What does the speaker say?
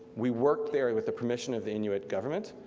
we worked there with the permission of the inuit government,